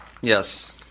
Yes